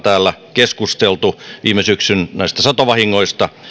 keskusteltu viime syksyn satovahingoista